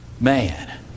Man